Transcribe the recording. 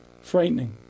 frightening